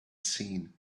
seen